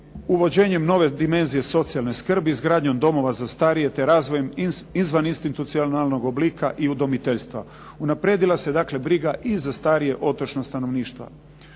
Uvođenjem nove dimenzije socijalne skrbi, izgradnjom domova za starije, te razvojem izvaninstitucionalnog oblika i udomiteljstva. Unaprijedila se briga i za starije otočno stanovništvo.